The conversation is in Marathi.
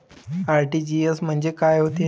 आर.टी.जी.एस म्हंजे काय होते?